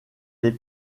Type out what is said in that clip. les